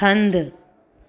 हंधि